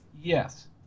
Yes